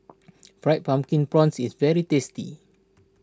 Fried Pumpkin Prawns is very tasty